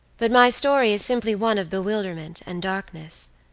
but my story is simply one of bewilderment and darkness.